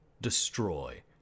destroy